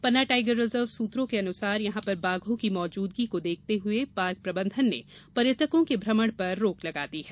पन्ना tiger reserve सूत्रों के अनुसार यहां पर बाघों की मौजूदगी को देखते हुये पार्क प्रबन्धन ने पर्यटकों के भ्रमण पर रोक लगा दी है